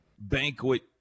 banquet